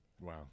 Wow